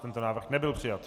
Tento návrh nebyl přijat.